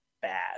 bad